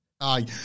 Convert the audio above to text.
Aye